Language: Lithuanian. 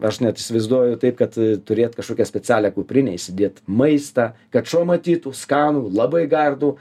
aš net įsivaizduoju tai kad turėt kažkokią specialią kuprinę įsidėt maistą kad šuo matytų skanų labai gardų